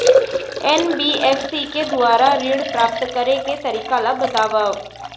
NBFC के दुवारा ऋण प्राप्त करे के तरीका ल बतावव?